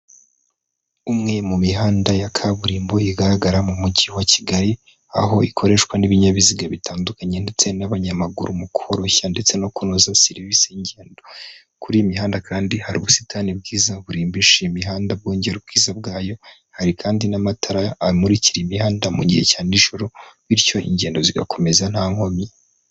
Umwe mu mihanda ya kaburimbo igaragara mu Mujyi wa Kigali, aho ikoreshwa n'ibinyabiziga bitandukanye ndetse n'abanyamaguru mu koroshya ndetse no kunoza serivisi y'ingendo. Kuri imihanda kandi hari ubusitani bwiza burimbisha iyi mihanda bwongera ubwiza bwayo, hari kandi n'amatara amurikira imihanda mu gihe cya nijoro, bityo ingendo zigakomeza nta nkomyi.